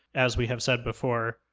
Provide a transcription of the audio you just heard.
as we have said before,